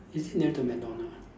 is it near the McDonald ah